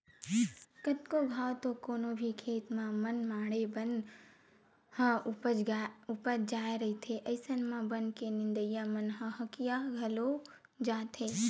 कतको घांव तो कोनो भी खेत म मनमाड़े बन ह उपज जाय रहिथे अइसन म बन के नींदइया मन ह हकिया घलो जाथे